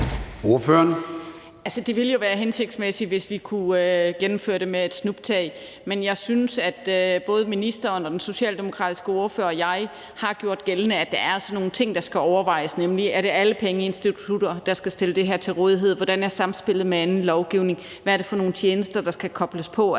Det ville jo være hensigtsmæssigt, hvis vi kunne gennemføre det med et snuptag, men jeg synes, at både ministeren og den socialdemokratiske ordfører og jeg har gjort gældende, at der altså er nogle ting, der skal overvejes, nemlig: Er det alle pengeinstitutter, der skal stille det her til rådighed? Hvordan er samspillet med anden lovgivning? Hvad er det for nogle tjenester, der skal kobles på?